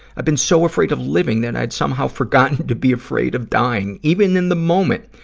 i've been so afraid of living that i'd somehow forgotten to be afraid of dying. even in the moment,